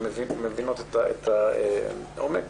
אתן מבינות את העומק.